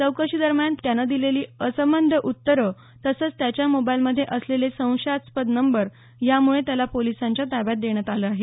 चौकशीदरम्यान त्यानं दिलेली असंबद्ध उत्तरं तसंच त्याच्या मोबाईलमध्ये असलेले संशयास्पद नंबर यामुळे त्याला पोलिसांच्या ताब्यात देण्यात आलं आहे